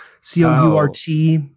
C-O-U-R-T